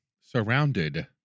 surrounded